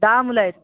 लहान मुलं आहेत